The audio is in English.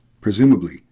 Presumably